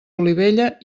olivella